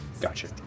Gotcha